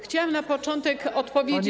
Chciałam na początku odpowiedzieć.